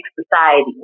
society